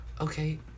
Okay